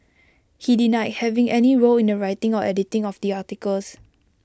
he denied having any role in the writing or editing of the articles